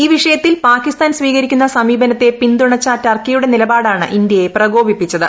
ഈ വിഷയത്തിൽ പാകിസ്ഥാൻ സ്വീകരിക്കുന്ന സമീപനത്തെ പിൻതുണച്ച ടർക്കിയുടെ നിലപാടാണ് ഇന്ത്യയെ പ്രകോപിച്ചത്